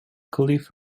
cliff